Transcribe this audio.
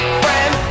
friend